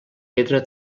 pedra